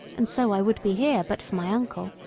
and so i would be here but for my uncle.